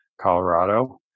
Colorado